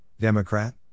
Democrat